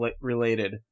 related